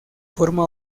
forma